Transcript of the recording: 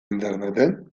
interneten